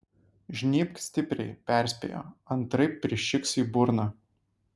žnybk stipriai perspėjo antraip prišiks į burną